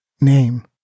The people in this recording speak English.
name